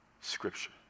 scripture